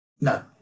no